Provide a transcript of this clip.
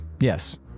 Yes